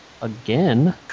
Again